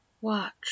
watch